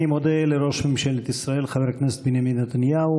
אני מודה לראש ממשלת ישראל חבר הכנסת בנימין נתניהו,